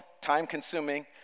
time-consuming